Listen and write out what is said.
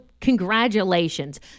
Congratulations